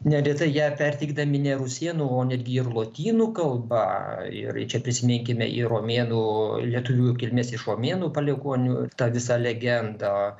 neretai ją perteikdami ne rusėnų o netgi ir lotynų kalba ir čia prisiminkime ir romėnų lietuvių kilmės iš romėnų palikuonių tą visą legendą